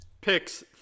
picks